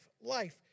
life